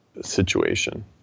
situation